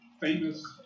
famous